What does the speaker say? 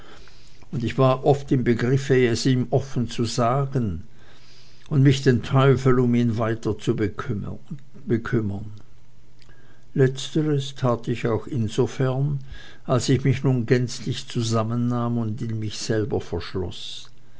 und ich war oft im begriff es ihm offen zu sagen und mich den teufel um ihn weiter zu kümmern letzteres tat ich auch insofern als ich mich nun gänzlich zusammennahm und in mich selber